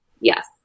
Yes